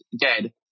dead